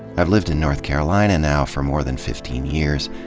i've lived in north carolina now for more than fifteen years,